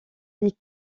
les